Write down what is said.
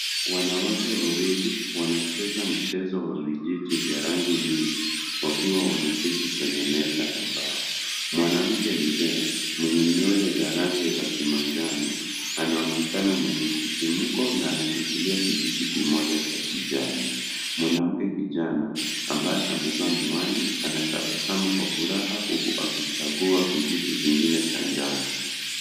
Wanawake wawili wanacheza mchezo wa vijiti vya rangi nyingi, wakiwa wameketi kwenye meza ya mbao. Mwanamke mzee, mwenye nywele za rangi ya kimanjano, anaonekana mwenye msisimko na anashikilia kijiti kimoja cha kijani. Mwanamke kijana ambaye amevaa miwani anatabasamu kwa furaha huku akichagua kijiti kingine cha njano.